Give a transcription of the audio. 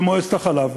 למועצת החלב.